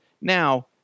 Now